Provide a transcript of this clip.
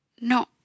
No